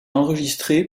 enregistré